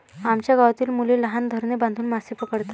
आमच्या गावातील मुले लहान धरणे बांधून मासे पकडतात